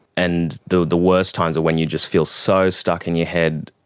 and the the worst times are when you just feel so stuck in your head,